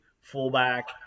fullback